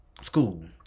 school